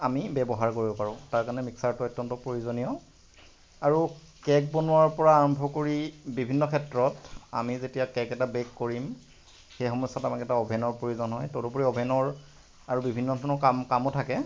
আমি ব্য়ৱহাৰ কৰিব পাৰোঁ তাৰ কাৰণে মিক্সাৰটো অত্য়ন্ত প্ৰয়োজনীয় আৰু কেক বনোৱাৰ পৰা আৰম্ভ কৰি বিভিন্ন ক্ষেত্ৰত আমি যেতিয়া কেক এটা বেক কৰিম সেই সময়ছোৱাত আমাক এটা অভেনৰ প্ৰয়োজন হয় তদুপৰি অভেনৰ আৰু বিভিন্ন ধৰণৰ কাম কামো থাকে